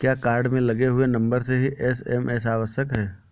क्या कार्ड में लगे हुए नंबर से ही एस.एम.एस आवश्यक है?